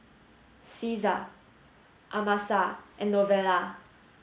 Caesar Amasa and Novella